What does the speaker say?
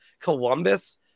Columbus